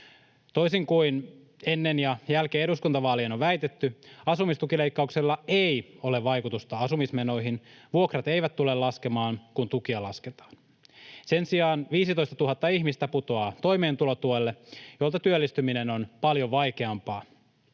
Toisin kuin ennen ja jälkeen eduskuntavaalien on väitetty, asumistukileikkauksella ei ole vaikutusta asumismenoihin. Vuokrat eivät tule laskemaan, kun tukia lasketaan. Sen sijaan 15 000 ihmistä putoaa toimeentulotuelle, jolta työllistyminen on paljon vaikeampaa.